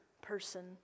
person